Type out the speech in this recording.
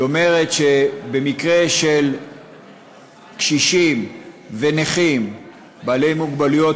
היא אומרת שבמקרה של קשישים ובעלי מוגבלויות